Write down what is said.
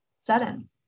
sudden